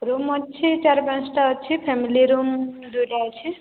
room ଅଛି ଚାରି ପାଞ୍ଚଟା ଅଛି ଫ୍ୟାମିଲି ରୁମ ଦୁଇଟା ଅଛି